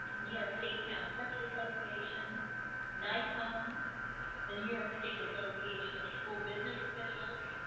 new york state town clerk's association nycom the new york state association of school business officials,